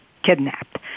kidnapped